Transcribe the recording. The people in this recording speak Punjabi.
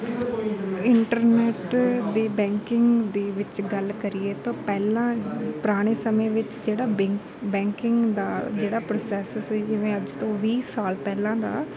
ਇੰਟਰਨੈੱਟ ਦੇ ਬੈਂਕਿੰਗ ਦੇ ਵਿੱਚ ਗੱਲ ਕਰੀਏ ਤਾਂ ਪਹਿਲਾਂ ਪੁਰਾਣੇ ਸਮੇਂ ਵਿੱਚ ਜਿਹੜਾ ਬਿੰਕ ਬੈਂਕਿੰਗ ਦਾ ਜਿਹੜਾ ਪ੍ਰੋਸੈਸ ਸੀ ਜਿਵੇਂ ਅੱਜ ਤੋਂ ਵੀਹ ਸਾਲ ਪਹਿਲਾਂ ਦਾ